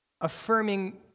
affirming